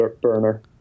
burner